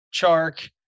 Chark